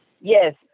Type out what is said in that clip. Yes